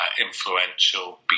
influential